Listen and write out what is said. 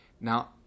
Now